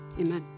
Amen